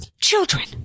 Children